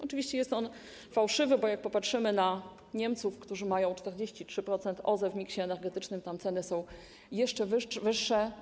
Oczywiście jest on fałszywy, bo jak popatrzymy na Niemców, którzy mają 43% OZE w miksie energetycznym, to tam ceny są jeszcze wyższe.